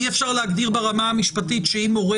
אי אפשר להגדיר ברמה המשפטית שאם הורה